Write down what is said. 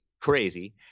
crazy